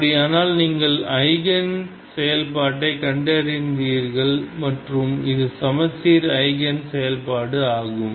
அப்படியானால் நீங்கள் ஐகேன் செயல்பாட்டை கண்டறிந்தீர்கள் மற்றும் இது சமச்சீர் ஐகேன் செயல்பாடு ஆகும்